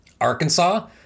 Arkansas